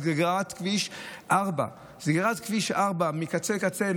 סגירת כביש 4. סגירת כביש 4 מקצה לקצה,